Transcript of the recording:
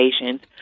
patients